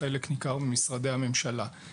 זה מספיק חשוב.